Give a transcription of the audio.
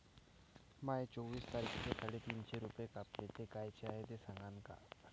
माये चोवीस तारखेले साडेतीनशे रूपे कापले, ते कायचे हाय ते सांगान का?